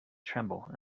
tremble